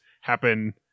happen